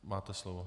Máte slovo.